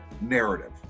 narrative